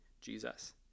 Jesus